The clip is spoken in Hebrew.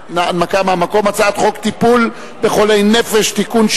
הצעת חוק טיפול בחולי נפש (תיקון,